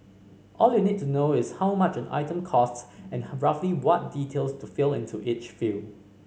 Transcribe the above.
all you need to know is how much an item costs and roughly what details to fill into each field